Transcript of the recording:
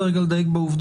רוצה להבין: